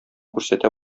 күрсәтә